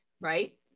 Right